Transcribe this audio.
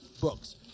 Books